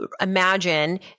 imagine